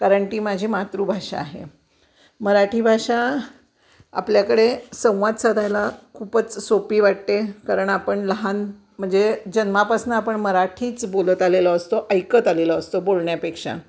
कारण ती माझी मातृभाषा आहे मराठी भाषा आपल्याकडे संवाद साधायला खूपच सोपी वाटते कारण आपण लहान म्हणजे जन्मापासून आपण मराठीच बोलत आलेलं असतो ऐकत आलेला असतो बोलण्यापेक्षा